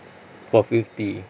for fifty